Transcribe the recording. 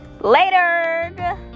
later